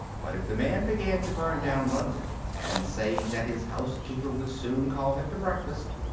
but if the man began to burn down london and say that his housekeeper would soon call him to breakfast,